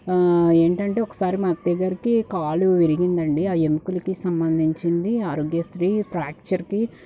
ఏంటంటే ఒకసారి మా అత్తయ్యగారికి కాలు విరిగిందండీ ఆ ఎముకలకి సంబంధించింది ఆరోగ్యశ్రీ ఫ్రాక్చర్కి